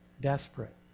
desperate